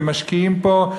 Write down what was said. ומשקיעים פה,